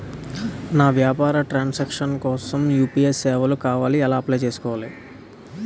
నా వ్యాపార transaction కోసం యు.పి.ఐ సేవలు కావాలి ఎలా అప్లయ్ చేసుకోవాలి?